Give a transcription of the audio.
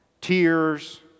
Tears